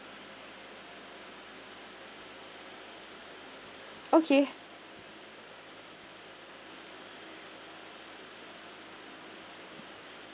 okay